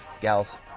gals